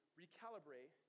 recalibrate